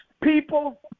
people